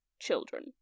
children